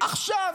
עכשיו,